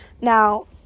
now